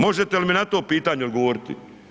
Možete li mi na to pitanje odgovoriti?